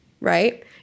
right